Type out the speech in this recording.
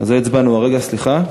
התשע"א 2011,